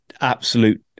absolute